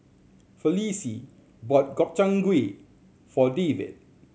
Felicie bought Gobchang Gui for David